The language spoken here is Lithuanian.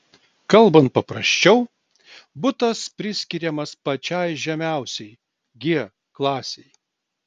kalbant paprasčiau butas priskiriamas pačiai žemiausiai g klasei